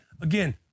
Again